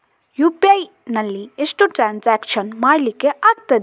UPI ನಲ್ಲಿ ಎಷ್ಟು transaction ಮಾಡ್ಲಿಕ್ಕೆ ಆಗ್ತದೆ?